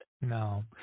No